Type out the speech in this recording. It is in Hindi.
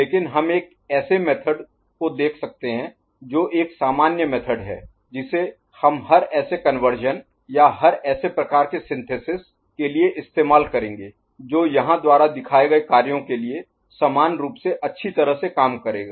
लेकिन हम एक ऐसे मेथड Method विधि को देख सकते हैं जो एक सामान्य मेथड Method विधि है जिसे हम हर ऐसे कन्वर्शन या हर ऐसे प्रकार के सिंथेसिस के लिए इस्तेमाल करेंगे जो यहाँ द्वारा दिखाए गए कार्यों के लिए समान रूप से अच्छी तरह से काम करेगा